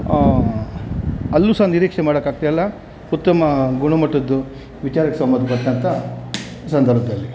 ಅಲ್ಲೂ ಸಹ ನಿರೀಕ್ಷೆ ಮಾಡೋಕ್ಕಾಗ್ತಾ ಇಲ್ಲ ಉತ್ತಮ ಗುಣಮಟ್ಟದ್ದು ವಿಚಾರಕ್ಕೆ ಸಂಬಂಧಪಟ್ಟಂಥ ಸಂದರ್ಭದಲ್ಲಿ